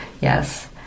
Yes